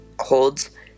holds